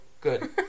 good